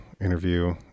interview